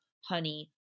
honey